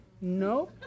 No